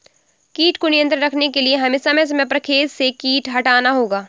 कीट को नियंत्रण रखने के लिए हमें समय समय पर खेत से कीट हटाना होगा